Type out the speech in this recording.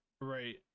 Right